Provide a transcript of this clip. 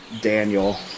Daniel